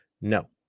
No